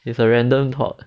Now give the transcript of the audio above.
it's a random talk